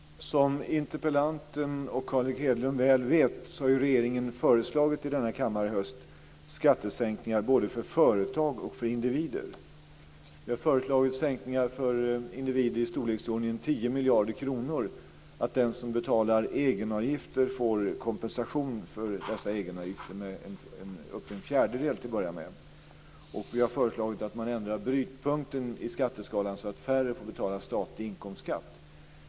Fru talman! Som interpellanten och Carl Erik Hedlund väl vet har regeringen i höst i denna kammare föreslagit skattesänkningar både för företag och för individer. Vi har föreslagit sänkningar för individer i storleksordningen 10 miljarder kronor och att den som betalar egenavgifter får kompensation för dessa med upp till en fjärdedel, till att börja med. Vi har föreslagit att man ändrar brytpunkten i skatteskalan så att färre får betala statlig inkomstskatt.